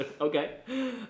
Okay